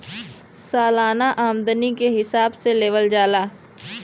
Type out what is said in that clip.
सालाना आमदनी के हिसाब से लेवल जाला